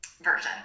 version